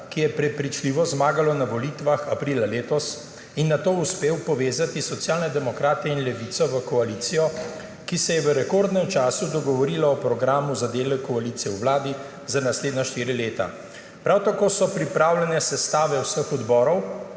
ki je prepričljivo zmagalo na volitvah aprila letos, in nato uspel povezati Socialne demokrate in Levico v koalicijo, ki se je v rekordnem času dogovorila o programu za delo koalicije v vladi za naslednja 4 leta. Prav tako so pripravljene sestave vseh odborov